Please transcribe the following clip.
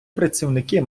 працівники